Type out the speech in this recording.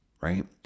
right